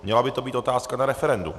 Měla by to být otázka na referendum.